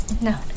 No